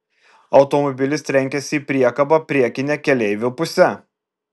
automobilis trenkėsi į priekabą priekine keleivio puse